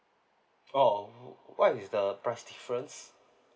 oh oh what is the price difference